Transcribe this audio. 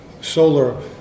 solar